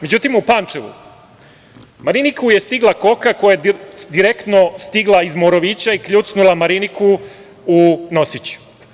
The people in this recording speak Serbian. Međutim u Pančevu Mariniku je stigla koka koja je direktno stigla iz Morovića i kljucnula Mariniku u nosić.